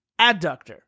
Adductor